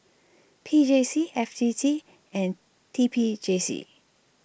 P J C F T T and T P J C